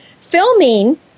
filming